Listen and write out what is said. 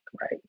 right